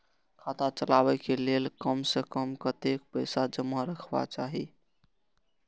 खाता चलावै कै लैल कम से कम कतेक पैसा जमा रखवा चाहि